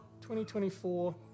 2024